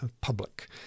public